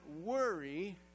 worry